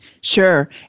Sure